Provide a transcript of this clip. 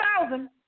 thousand